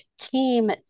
Team